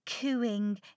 cooing